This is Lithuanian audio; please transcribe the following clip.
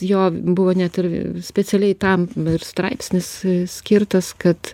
jo buvo net ir specialiai tam ir straipsnis skirtas kad